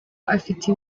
afite